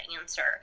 answer